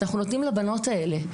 אנחנו נותנים לבנות האלה.